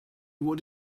what